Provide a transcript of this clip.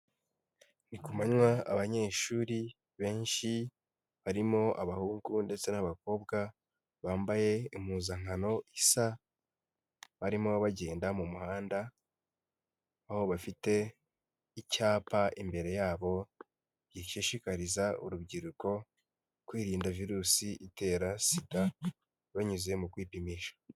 Ni ku manwa, abanyeshuri benshi barimo abahungu ndetse n'abakobwa, bambaye impuzankano isa, barimo bagenda mu muhanda, aho bafite icyapa imbere yabo gishishikariza urubyiruko kwirinda virusi itera SIDA binyuze mu kwipimisha.